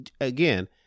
again